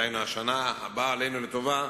דהיינו בשנה הבאה עלינו לטובה,